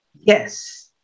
yes